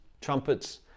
trumpets